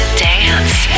dance